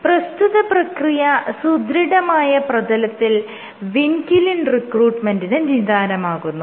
പ്രസ്തുത പ്രക്രിയ സുദൃഢമായ ഉപരിതലത്തിൽ വിൻക്യുലിൻ റിക്രൂട്ട്മെന്റിന് നിദാനമാകുന്നു